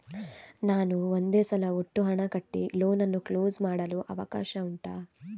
ನಾನು ಒಂದೇ ಸಲ ಒಟ್ಟು ಹಣ ಕಟ್ಟಿ ಲೋನ್ ಅನ್ನು ಕ್ಲೋಸ್ ಮಾಡಲು ಅವಕಾಶ ಉಂಟಾ